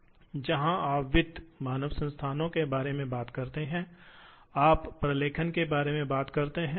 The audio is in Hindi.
तो कि सीमा कोई अनुप्रस्थ गति नहीं है गति उस दिशा में सख्ती से होती है जिसमें ड्राइव प्रदान की जाती है